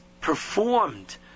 performed